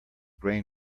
grain